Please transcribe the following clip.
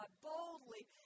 boldly